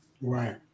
Right